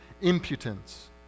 impudence